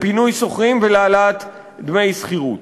לפינוי שוכרים ולהעלאת דמי שכירות.